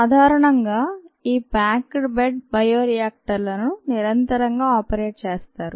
సాధారణంగా ఈ packed bed bio రియాక్టర్లను నిరంతరం గా ఆపరేట్ చేస్తారు